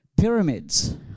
pyramids